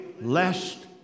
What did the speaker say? lest